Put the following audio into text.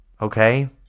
Okay